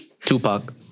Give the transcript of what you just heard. Tupac